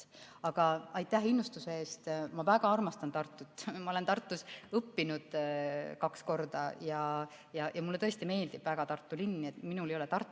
aitäh innustuse eest! Ma väga armastan Tartut, ma olen Tartus õppinud kaks korda ja mulle tõesti väga meeldib Tartu linn. Nii et minul ei ole Tartu